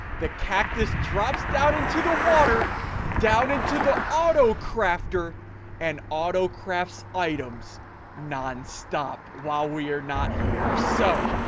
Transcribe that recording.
the cactus drops down into the water down into the auto crafter and auto crafts items non-stop while we are not here, so